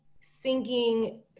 sinking